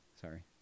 Sorry